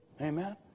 Amen